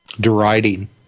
deriding